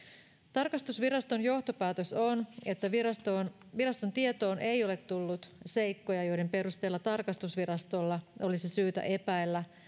tarkastusviraston johtopäätös on että viraston viraston tietoon ei ole tullut seikkoja joiden perusteella tarkastusvirastolla olisi syytä epäillä